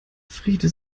friede